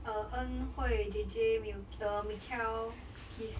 uh en hui jay jay milk uh mikhael keith